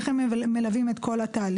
איך הם מלווים את כל התהליך?